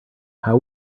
how